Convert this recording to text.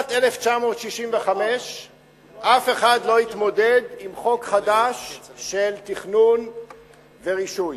משנת 1965 אף אחד לא התמודד עם חוק חדש של תכנון ורישוי.